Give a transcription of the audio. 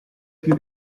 più